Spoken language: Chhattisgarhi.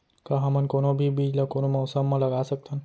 का हमन कोनो भी बीज ला कोनो मौसम म लगा सकथन?